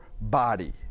body